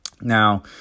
Now